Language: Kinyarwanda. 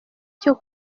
cyo